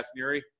Neary